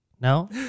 No